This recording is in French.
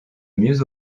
mieux